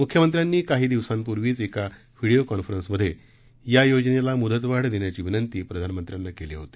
म्ख्यमंत्र्यांनी काही दिवसांपूर्वीच एका व्हिडीओ कॉन्फरन्समध्ये या योजनेला म्दतवाढ देण्याची विनंती प्रधानमंत्र्यांना केली होती